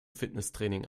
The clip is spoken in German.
fitnesstraining